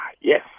yes